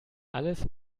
alles